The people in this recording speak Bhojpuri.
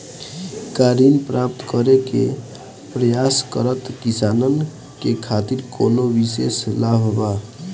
का ऋण प्राप्त करे के प्रयास करत किसानन के खातिर कोनो विशेष लाभ बा